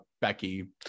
Becky